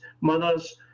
mothers